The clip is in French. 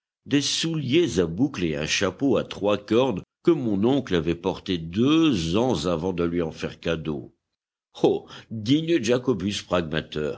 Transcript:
des souliers à boucles et un chapeau à trois cornes que mon oncle avait porté deux ans avant de lui en faire cadeau ô digne jacobus